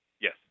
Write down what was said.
Yes